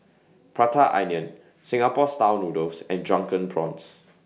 Prata Onion Singapore Style Noodles and Drunken Prawns